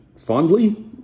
fondly